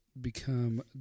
become